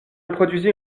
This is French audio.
produisit